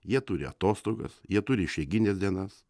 jie turi atostogas jie turi išeigines dienas